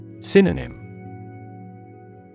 Synonym